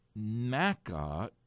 maca